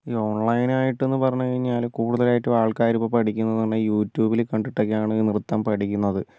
ഈ ഓൺലൈൻ ആയിട്ട് എന്ന് പറഞ്ഞു കഴിഞ്ഞാൽ കൂടുതലായിട്ടും ആൾക്കാർ ഇപ്പോൾ പഠിക്കുന്നത് എന്ന് പറഞ്ഞാൽ യൂട്യൂബിലൊക്കെ കണ്ടിട്ടാണ് നൃത്തം പഠിക്കുന്നത്